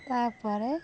ତାପରେ